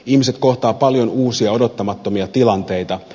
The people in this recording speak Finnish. ihmiset kohtaavat paljon uusia odottamattomia tilanteita